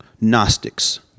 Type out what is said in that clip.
Gnostics